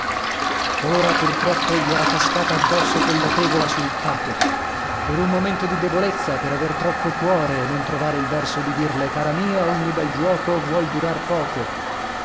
ora purtroppo gli era cascata addosso quella tegola sul capo per un momento di debolezza per aver troppo cuore e non trovare il verso di dirle cara mia ogni bel giuoco vuol durar poco